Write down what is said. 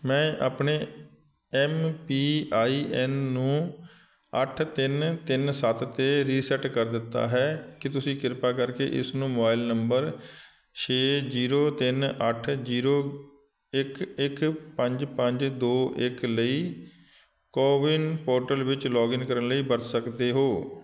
ਮੈਂ ਆਪਣੇ M P I N ਨੂੰ ਅੱਠ ਤਿੰਨ ਤਿੰਨ ਸੱਤ 'ਤੇ ਰੀਸੈਟ ਕਰ ਦਿੱਤਾ ਹੈ ਕੀ ਤੁਸੀਂ ਕਿਰਪਾ ਕਰਕੇ ਇਸ ਨੂੰ ਮੋਬਾਈਲ ਨੰਬਰ ਛੇ ਜ਼ੀਰੋ ਤਿੰਨ ਅੱਠ ਜ਼ੀਰੋ ਇੱਕ ਇੱਕ ਪੰਜ ਪੰਜ ਦੋ ਇੱਕ ਲਈ ਕੋਵਿਨ ਪੋਰਟਲ ਵਿੱਚ ਲੋਗਇਨ ਕਰਨ ਲਈ ਵਰਤ ਸਕਦੇ ਹੋ